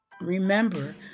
remember